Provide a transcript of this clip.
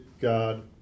God